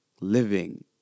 living